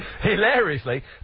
hilariously